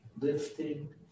Lifting